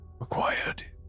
required